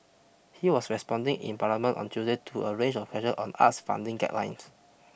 he was responding in parliament on Tuesday to a range of questions on arts funding guidelines